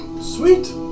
Sweet